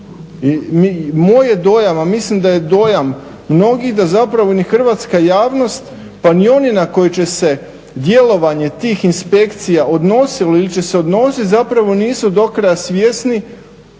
Moj je dojam a mislim da je dojam mnogih da zapravo ni Hrvatska javnost pa ni oni na koje će se djelovanje tih inspekcija odnosilo ili će se odnositi zapravo nisu do kraja svjesni